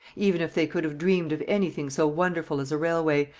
even if they could have dreamed of anything so wonderful as a railway,